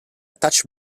touch